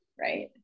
right